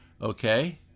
okay